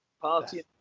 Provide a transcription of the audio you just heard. Party